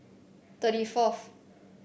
thirty fourth